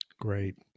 Great